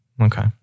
Okay